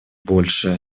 большей